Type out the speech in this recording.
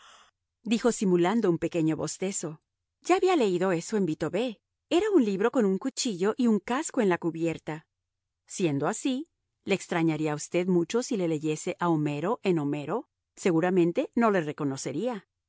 odisea sí dijo simulando un pequeño bostezo ya había leído eso en bitaubé era un libro con un cuchillo y un casco en la cubierta siendo así le extrañaría a usted mucho si le leyese a homero en homero seguramente no le reconocería